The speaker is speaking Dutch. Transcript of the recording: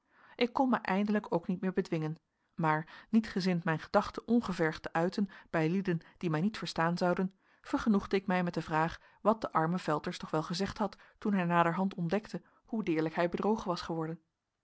ik kon mij eindelijk ook niet meer bedwingen maar niet gezind mijn gedachten ongevergd te uiten bij lieden die mij niet verstaan zouden vergenoegde ik mij met de vraag wat de arme velters toch wel gezegd had toen hij naderhand ontdekte hoe deerlijk hij bedrogen was geworden